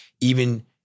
even-